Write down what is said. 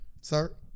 Sir